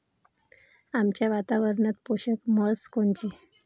आमच्या वातावरनात पोषक म्हस कोनची?